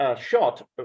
shot